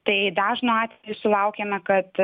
tai dažnu atveju sulaukiame kad